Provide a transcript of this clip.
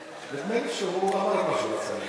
נדמה לי שהוא אמר שהוא לא צריך.